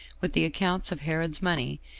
with the accounts of herod's money,